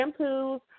shampoos